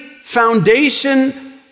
foundation